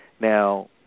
Now